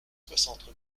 soixante